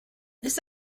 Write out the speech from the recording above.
this